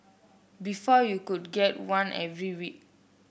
before you could get one every week